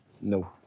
No